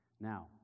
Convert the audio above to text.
Now